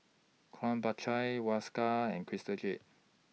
Krombacher Whiskas and Crystal Jade